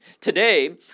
Today